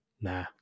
Nah